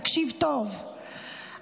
תקשיב טוב,